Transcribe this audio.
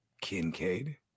Kincaid